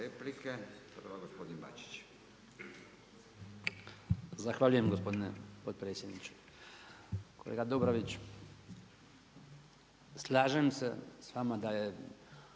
Zahvaljujem gospodine potpredsjedniče. Kolega Dobrović, slažem se s vama da je